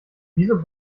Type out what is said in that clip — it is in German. wieso